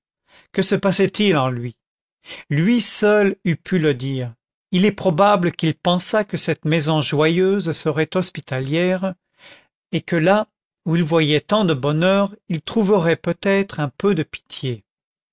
que se passait-il en lui lui seul eût pu le dire il est probable qu'il pensa que cette maison joyeuse serait hospitalière et que là où il voyait tant de bonheur il trouverait peut-être un peu de pitié